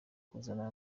kuzana